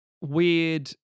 weird